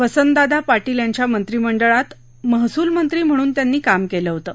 वसंतदादा पाटील यांच्या मंत्रिमंडळात महसूल मंत्री म्हणून त्यांनी काम केलं होतं